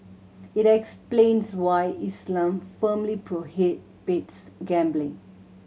it explains why Islam firmly prohibits gambling